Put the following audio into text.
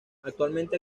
actualmente